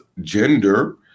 gender